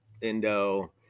Indo